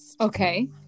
okay